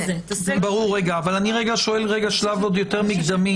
אני שואל על שלב יותר מקדמי.